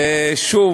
שוב,